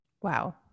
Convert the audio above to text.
Wow